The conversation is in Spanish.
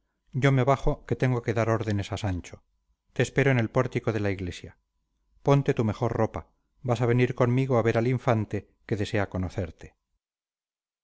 yo me bajo que tengo que dar órdenes a sancho te espero en el pórtico de la iglesia ponte tu mejor ropa vas a venir conmigo a ver al infante que desea conocerte